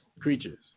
creatures